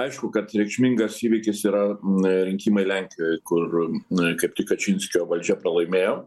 aišku kad reikšmingas įvykis yra rinkimai lenkijoj kur na kaip tik kačinskio valdžia pralaimėjo